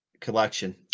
collection